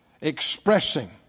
expressing